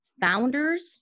founders